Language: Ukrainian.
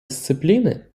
дисципліни